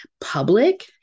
public